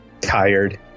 Tired